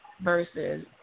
versus